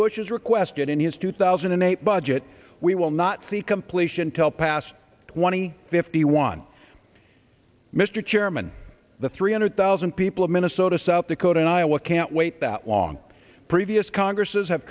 bush is requested in his two thousand and eight budget we will not see completion till past twenty fifty one mr chairman the three hundred thousand people of minnesota south dakota and iowa can't wait that long previous congresses have